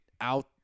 out